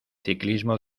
ciclismo